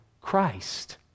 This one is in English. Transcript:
Christ